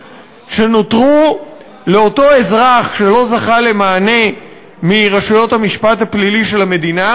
שנותרו לאותו אזרח שלא זכה למענה מרשויות המשפט הפלילי של המדינה,